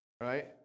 Right